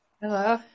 Hello